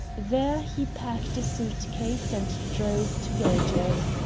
there he packed a suit-case and drove to gerridge's.